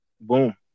boom